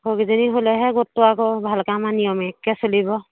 সৌকেইজনী হ'লেহে গোটটো আকৌ ভালকৈ আমাৰ নিয়মীয়াকৈ চলিব